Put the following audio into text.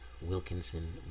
Wilkinson